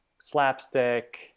slapstick